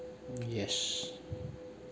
yes